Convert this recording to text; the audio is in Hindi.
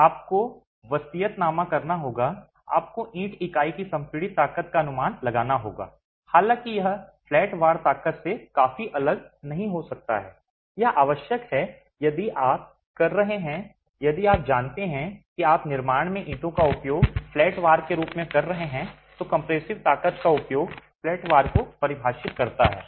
तो आपको वसीयतनामा करना होगा आपको ईंट इकाई की संपीड़ित ताकत का अनुमान लगाना होगा हालांकि यह फ्लैट वार ताकत से काफी अलग नहीं हो सकता है यह आवश्यक है कि यदि आप कर रहे हैं यदि आप जानते हैं कि आप निर्माण में ईंटों का उपयोग फ्लैट वार का उपयोग कर रहे हैं तो कम्प्रेसिव ताकत का उपयोग फ्लैट वार को परिभाषित करता है